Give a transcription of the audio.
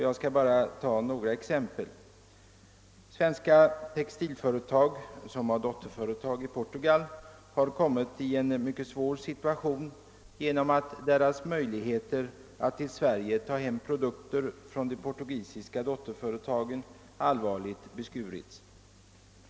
Jag skall bara ta några exempel Svenska textilföretag, som har dotterföretag i Portugal, har kommit i en mycket svår situation genom att deras möjligheter att till Sverige ta hem produkter från de portugisiska dotterföretagen allvarligt beskurits.